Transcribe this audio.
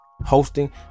Hosting